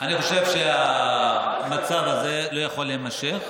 אני חושב שהמצב הזה לא יכול להימשך.